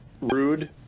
rude